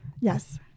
Yes